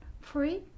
free